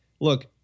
Look